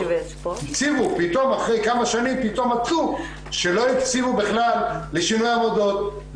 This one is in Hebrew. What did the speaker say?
הציבו פתאום אחרי כמה שנים מצאו שלא הקציבו בכלל לשינוי עמדות.